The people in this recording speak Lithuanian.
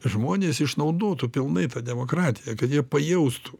žmonės išnaudotų pilnai tą demokratiją kad jie pajaustų